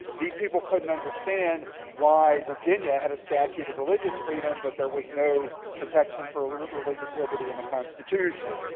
these people couldn't understand why virginia had a statute of religious freedom, but there was no protection for religious liberty in the constitution.